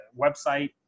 website